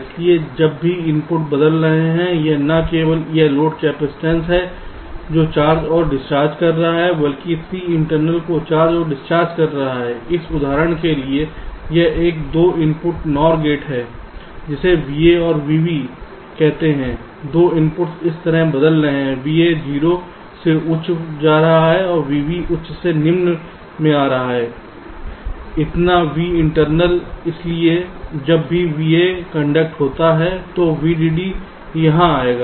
इसलिए जब भी इनपुट बदल रहे हैं यह न केवल यह लोड कैपेसिटेंस है जो चार्ज और डिस्चार्ज कर रहा है बल्कि C इंटरनल जो चार्ज और डिस्चार्ज कर रहा है इस उदाहरण के लिए यह एक 2 इनपुट NOR गेट है किसे VA और VB कहते हैं 2 इनपुट इस तरह बदल रहे हैं VA 0 से उच्च जा रहा है VB उच्च से निम्न में जा रहा है इतना Vinternal इसलिए जब भी VA कंडक्ट होता है तो VDD यहां आएगा